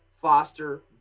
Foster